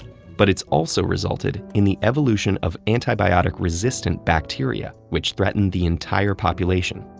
but it's also resulted in the evolution of antibiotic-resistant bacteria, which threaten the entire population.